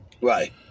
right